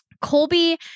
Colby